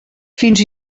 fins